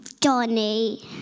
Johnny